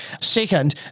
Second